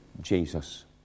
Jesus